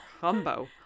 Combo